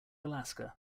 alaska